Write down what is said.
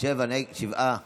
שבעה